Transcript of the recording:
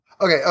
okay